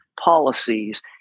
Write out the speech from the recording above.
policies